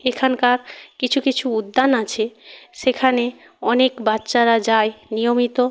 এখানকার কিছু কিছু উদ্যান আছে সেখানে অনেক বাচ্চারা যায় নিয়মিত